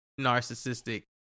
narcissistic